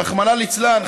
רחמנא ליצלן,